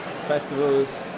festivals